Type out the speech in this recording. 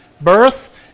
birth